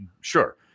Sure